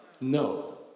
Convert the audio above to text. No